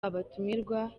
abatumirwa